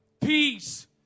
Peace